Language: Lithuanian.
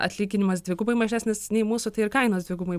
atlyginimas dvigubai mažesnis nei mūsų tai ir kainos dvigubai